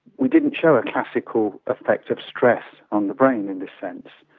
we didn't show a classical effect of stress on the brain in this sense.